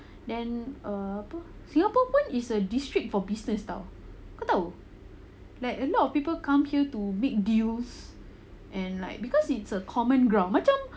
then err apa singapore pun is a district for business [tau] kau tahu like a lot of people come here to make deals and like because it's a common ground macam